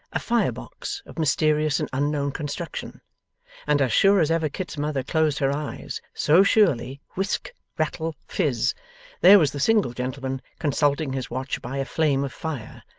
a fire-box of mysterious and unknown construction and as sure as ever kit's mother closed her eyes, so surely whisk, rattle, fizz there was the single gentleman consulting his watch by a flame of fire,